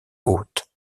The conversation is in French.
hôte